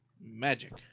Magic